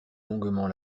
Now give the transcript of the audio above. longuement